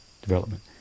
development